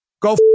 Go